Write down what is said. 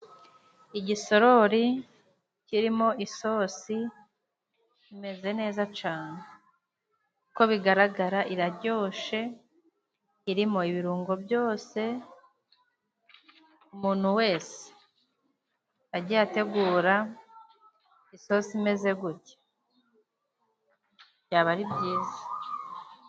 Igisorori kirimo isosi imeze neza cane. Uko bigaragara iraryoshe iririmo ibirungo byose. Umuntu wese agiye ategura isosi imeze gutya, byaba ari byiza.